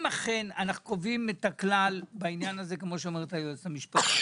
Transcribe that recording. אם אנו קובעים את הכלל כפי שאומרת היועצת המשפטית,